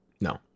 No